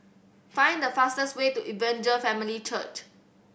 find the fastest way to Evangel Family Church